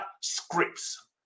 scripts